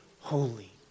holy